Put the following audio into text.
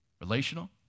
relational